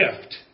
gift